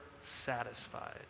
satisfied